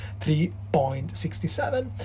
3.67